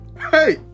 Hey